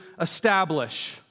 establish